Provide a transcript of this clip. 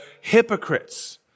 hypocrites